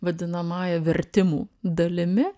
vadinamąja vertimų dalimi